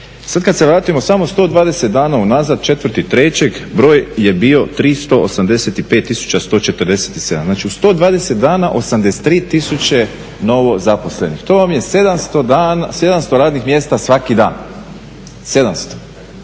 Sad kad se vratimo samo 120 dana unazad, 4.3. broj je bio 385 147, znači u 120 dana 83 tisuće novozaposlenih, to vam je 700 radnih mjesta svaki dan, 700.